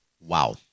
Wow